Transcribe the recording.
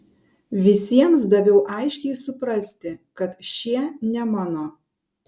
visiems daviau aiškiai suprasti kad šie ne mano